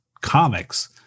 comics